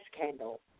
candle